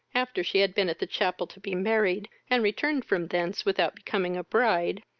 after she had been at the chapel to be married, and returned from thence without becoming a bride,